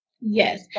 yes